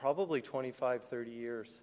probably twenty five thirty years